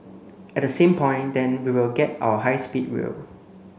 at the same point then we will get our high speed rail